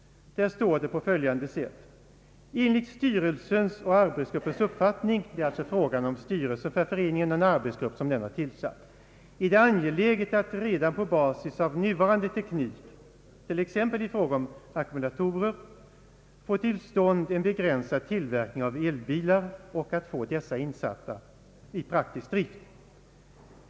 »Enligt styrelsens och arbetsgruppens uppfattning» — det är alltså fråga om föreningens styrelse och en arbetsgrupp som den har tillsatt — »är det angeläget att redan på basis av nuvarande teknik, t.ex. i fråga om ackumulatorer, få till stånd en begränsad tillverkning av elbilar och att få dessa insatta i praktisk drift.